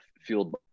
fueled